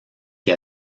que